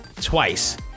twice